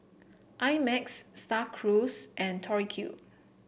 I Max Star Cruise and Tori Q